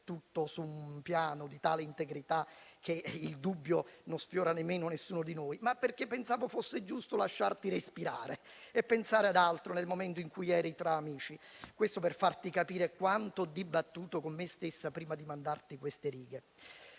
tutto su un piano di tale integrità che il dubbio non sfiora nemmeno nessuno di noi), ma perché pensavo fosse giusto lasciarti respirare e pensare ad altro, nel momento in cui eri tra amici. Questo per farti capire quanto ho dibattuto con me stessa prima di mandarti queste righe.